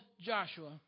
Joshua